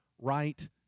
right